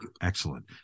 Excellent